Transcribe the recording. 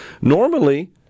Normally